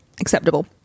acceptable